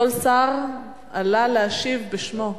כל שר עלה להשיב בשמו,